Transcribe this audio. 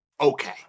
Okay